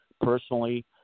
personally